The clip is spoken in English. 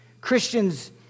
Christians